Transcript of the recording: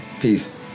Peace